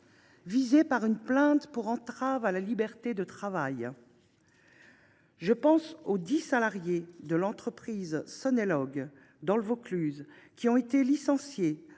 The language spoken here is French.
visé par une plainte pour entrave à la liberté du travail. Je pense aux dix salariés de l’entreprise Sonelog, dans le Vaucluse, qui ont été licenciés